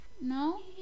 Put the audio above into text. no